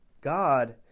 God